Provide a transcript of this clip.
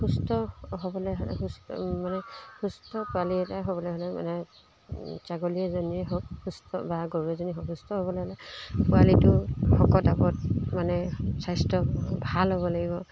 সুস্থ হ'বলৈ হ'লে সুস্থ মানে সুস্থ পোৱালি এটা হ'বলৈ হ'লে মানে ছাগলী এজনীয়ে হওক সুস্থ বা গৰু এজনী হওক সুস্থ হ'বলৈ হ'লে পোৱালিটো শকত আবত মানে স্বাস্থ্য ভাল হ'ব লাগিব